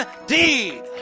indeed